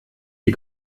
die